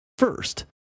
First